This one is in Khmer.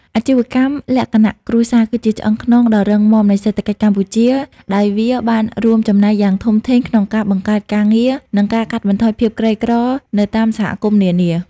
អាជីវកម្មលក្ខណៈគ្រួសារគឺជាឆ្អឹងខ្នងដ៏រឹងមាំនៃសេដ្ឋកិច្ចកម្ពុជា ដោយវាបានរួមចំណែកយ៉ាងធំធេងក្នុងការបង្កើតការងារ និងការកាត់បន្ថយភាពក្រីក្រនៅតាមសហគមន៍នានា។